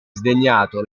sdegnato